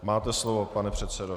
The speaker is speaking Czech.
Máte slovo, pane předsedo.